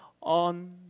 on